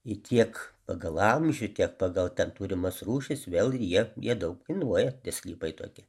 i tiek pagal amžių tiek pagal ten turimas rūšis vėl jie jie daug kainuoja tie sklypai tokie